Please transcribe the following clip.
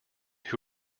who